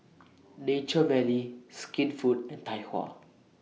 Nature Valley Skinfood and Tai Hua